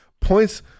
points